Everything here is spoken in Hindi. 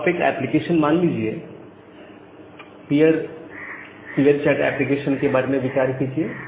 अब आप एक एप्लीकेशन मान लीजिए पियर पियर चैट एप्लीकेशन के बारे में विचार कीजिए